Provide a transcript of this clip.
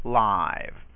live